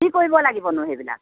কি কৰিব লাগিবনো সেইবিলাক